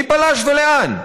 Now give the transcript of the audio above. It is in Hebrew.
מי פלש ולאן?